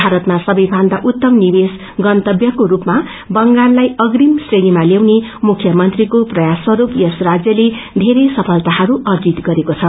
भारतमा सबैभन्दा उत्तम निवेश गन्तब्यको रूपमा बंगाललाई अग्रिम श्रेणीमा ल्याउने मुख्यमन्त्रीको प्रयासस्वस्त यस राज्यले बेरै सफलताहरू अर्जित गरेको छ